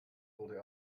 wurde